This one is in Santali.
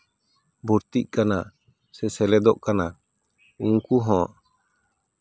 ᱵᱷᱚᱨᱛᱤᱜ ᱠᱟᱱᱟ ᱥᱮ ᱥᱮᱞᱮᱫᱚᱜ ᱠᱟᱱᱟ ᱩᱱᱠᱩ ᱦᱚᱸ